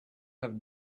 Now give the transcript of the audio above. have